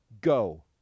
go